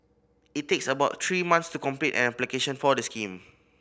it takes about three months to complete an application for the scheme